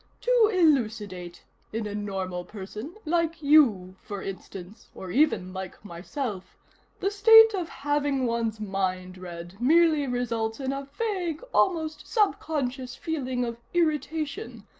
to elucidate in a normal person like you, for instance, or even like myself the state of having one's mind read merely results in a vague, almost sub-conscious feeling of irritation,